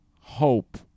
hope